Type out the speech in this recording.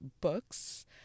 books